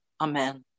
Amen